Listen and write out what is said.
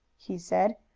he said.